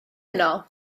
yno